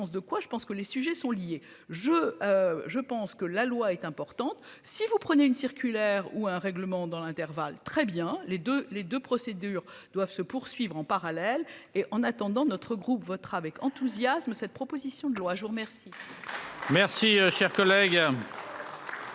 de quoi, je pense que les sujets sont liés je. Je pense que la loi est importante, si vous prenez une circulaire ou un règlement dans l'intervalle très bien les deux, les deux procédures doivent se poursuivre en parallèle et en attendant notre groupe votera avec enthousiasme cette proposition de loi, je vous remercie.